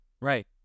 Right